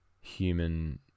human